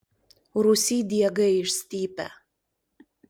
rūsy diegai išstypę